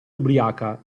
ubriaca